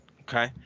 Okay